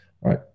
right